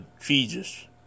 Jesus